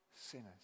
sinners